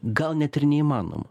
gal net ir neįmanoma